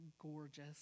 gorgeous